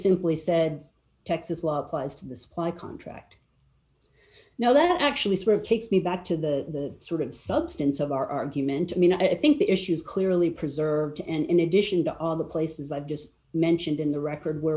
simply said texas law applies to the supply contract now that actually sort of takes me back to the sort of substance of our argument i mean i think the issue is clearly preserved and in addition to all the places i've just mentioned in the record where